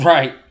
Right